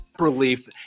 relief